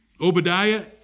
Obadiah